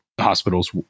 hospitals